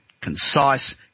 concise